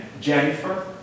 Jennifer